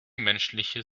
menschliche